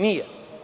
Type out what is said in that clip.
Nije.